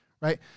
right